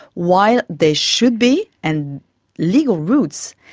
while there should be and legal routes.